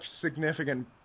significant